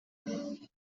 eight